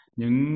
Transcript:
những